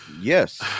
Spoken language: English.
Yes